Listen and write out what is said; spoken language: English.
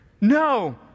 No